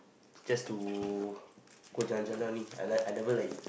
just to go jalan jalan only I like I never like